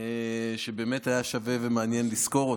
שבאמת היה שווה ומעניין לסקור אותה.